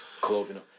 clothing